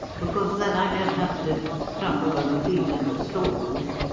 because then i don't have to stumble over feet in the stalls.